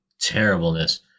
terribleness